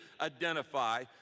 identify